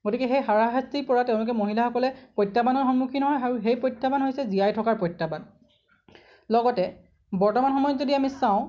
গতিকে সেই হাৰাশাস্তিৰ পৰা তেঁওলোকে মহিলাসকলে প্ৰত্যাহ্বানৰ সন্মুখীন হয় আৰু সেই প্ৰত্যাহ্বান হৈছে জীয়াই থকাৰ প্ৰত্যাহ্বান লগতে বৰ্তমান সময়ত যদি আমি চাওঁ